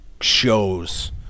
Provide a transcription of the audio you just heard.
shows